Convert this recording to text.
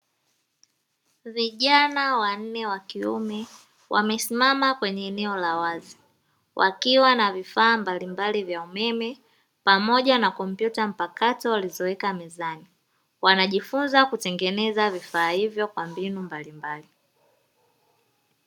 Vijana wanne wa kiume wamesimama kwenye eneo la wazi wakiwa na vifaa mbalimbali vya umeme pamoja na kompyuta mpakato walizoweka mezani. Wanajifunza kutengeneza vifaa hivyo kwa mbinu mbalimbali.